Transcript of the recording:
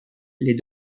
les